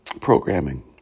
programming